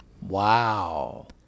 Wow